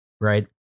right